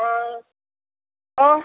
ആ ഓ